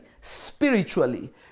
spiritually